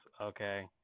Okay